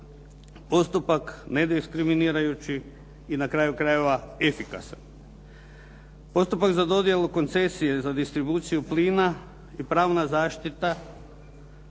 postupak nediskriminirajući i na kraju krajeva efikasan. Postupak za dodjelu koncesije za distribuciju plina je pravna zaštita